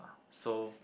so